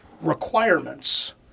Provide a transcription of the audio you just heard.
requirements